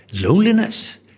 loneliness